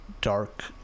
dark